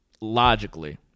logically